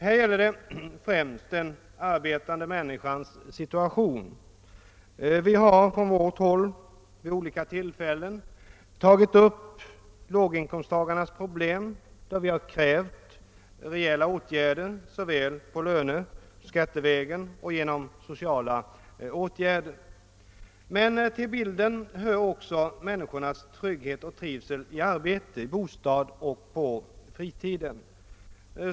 Här gäller det främst den arbetande människans situation. Vi har från vårt håll vid olika tillfällen tagit upp låginkomsttagarnas problem och har krävt rejäla åtgärder på löneoch skatteområdet och sociala åtgärder, men till bilden hör också människornas trygghet och trivsel i arbete och bostad och på fritiden.